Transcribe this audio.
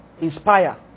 inspire